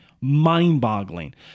Mind-boggling